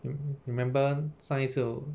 you remember 上一次